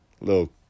little